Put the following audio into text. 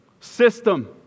system